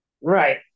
Right